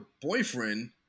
boyfriend